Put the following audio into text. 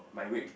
my weight